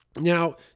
Now